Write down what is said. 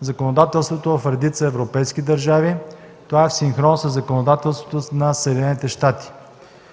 законодателството в редица европейски държави, това е в синхрон със законодателството на Съединените щати.